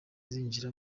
zinjira